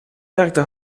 werkte